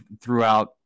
throughout